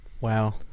wow